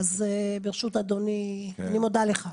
אני מודה לך.